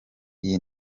iyi